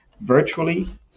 virtually